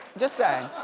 just saying.